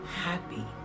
happy